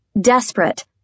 Desperate